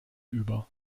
über